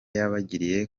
yabagiriye